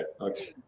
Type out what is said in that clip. okay